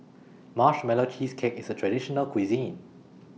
Marshmallow Cheesecake IS A Traditional Local Cuisine